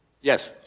Yes